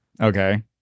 Okay